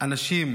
אנשים,